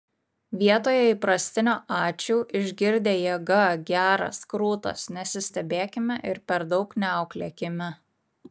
vietoje įprastinio ačiū išgirdę jėga geras krūtas nesistebėkime ir per daug neauklėkime